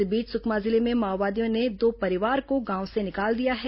इस बीच सुकमा जिले में माओवादियों ने दो परिवार को गांव से निकाल दिया है